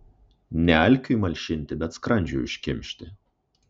ne alkiui malšinti bet skrandžiui užkimšti